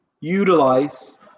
utilize